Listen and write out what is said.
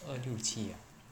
二六七 ah